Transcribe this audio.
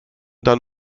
dann